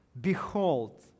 Behold